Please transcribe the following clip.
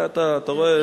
אתה רואה.